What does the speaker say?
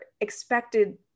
expected